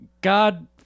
God